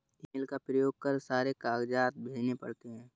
email का प्रयोग कर सारे कागजात भेजने पड़ते हैं